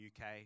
UK